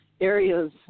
areas